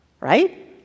Right